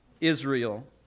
Israel